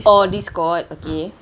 oh discord okay